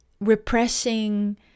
repressing